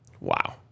Wow